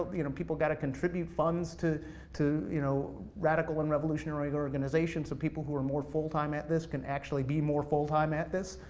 you know people gotta contribute funds to to you know radical and revolutionary organizations. so people who are more full time at this can actually be more full time at this.